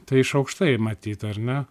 tai iš aukštai matyt ar ne